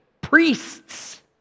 priests